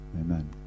Amen